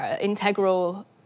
integral